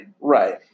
Right